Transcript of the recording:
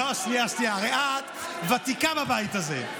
הרי את ותיקה בבית הזה,